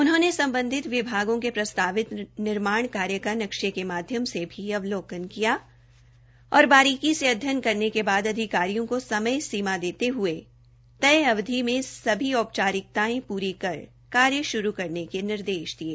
उन्होंने सम्बधित विभागों के प्रस्तावित निर्माण कार्य का नक्शे के माध्यम से अवलोकन किया और बारीकी से अध्ययन करने के बाद अधिकारियों को समय सीमा देते हये तय अवधि मे सभी औपचारिकतायें पूरी कर कार्य श्रू करने के निर्देश दिये